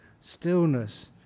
stillness